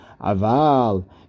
Aval